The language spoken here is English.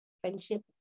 friendship